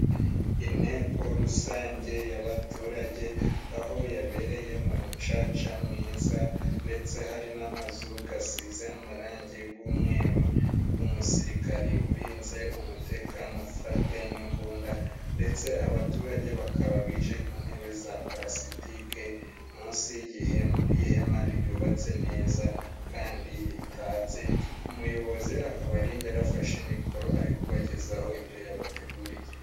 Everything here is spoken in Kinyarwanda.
Inteko rusange y'abaturage, aho yabereye mu mucaca mwiza ndetse hari n'amazu gasize amarangi g'umweru. Umusirikari urinze umutekano ufate n'imbunda ndetse abaturage bakaba bicaye ku ntebe za palasitike, munsi y'ihema ryubatse neza kandi ritatse. Umuyobozi akaba ari imbere afashe mikoro ari kubagezaho ibyo yabateguriye.